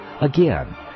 Again